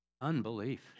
unbelief